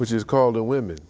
which is called a women